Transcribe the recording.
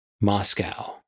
moscow